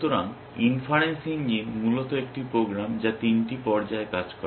সুতরাং inference engine মূলত একটি প্রোগ্রাম যা তিনটি পর্যায়ে কাজ করে